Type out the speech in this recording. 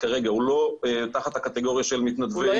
כרגע הוא לא תחת הקטגוריה של מתנדבי